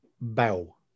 bow